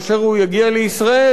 כאשר הוא יגיע לישראל,